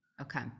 okay